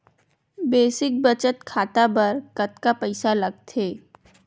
Basic बचत खाता बर कतका पईसा लगथे?